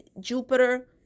Jupiter